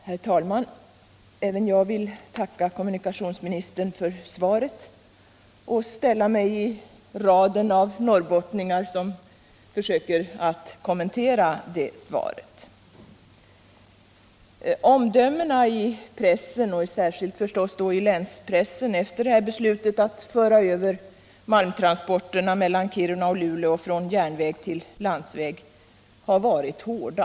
Herr talman! Även jag vill tacka kommunikationsministern för svaret och ställa mig i raden av norrbottningar som försöker att kommentera det. Omdömena i pressen — särskilt i länspressen — efter beslutet att föra över malmtransporterna mellan Kiruna och Luleå från järnväg till landsväg har varit hårda.